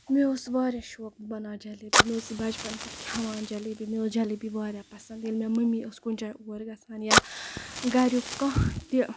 مےٚ اوس واریاہ شوق بہٕ بَناوٕ جیلیبی مےٚ اوس بَچپَن پٮ۪ٹھ کھٮ۪وان جیلیبی مےٚ ٲسۍ جیلیبی واریاہ پَسند ییٚلہِ مےٚ مٔمی ٲسۍ کُنہِ جایہِ اورٕ گژھان یا گریُک کانہہ تہِ